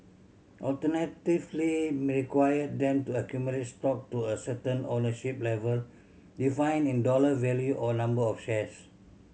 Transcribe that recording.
alternatively mini require them to accumulate stock to a certain ownership level defined in dollar value or number of shares